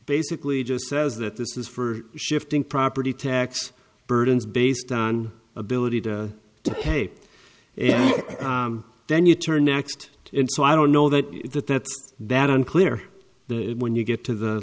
basically just says that this is for shifting property tax burdens based on ability to pay and then you turn next and so i don't know that that that's that unclear when you get to the